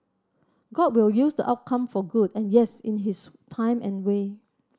god will use the outcome for good and yes in his time and way